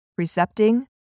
recepting